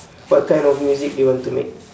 what kind of music do you want to make